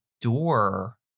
door